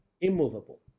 immovable